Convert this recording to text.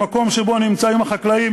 במקום שבו נמצאים החקלאים,